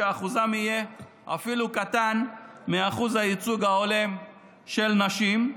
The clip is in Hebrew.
שאחוזם יהיה אפילו קטן מאחוז הייצוג ההולם של נשים.